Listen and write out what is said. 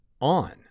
on